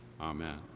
Amen